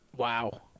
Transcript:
Wow